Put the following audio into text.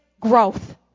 growth